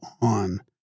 on